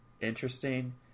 interesting